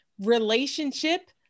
relationship